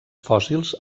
fòssils